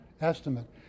estimate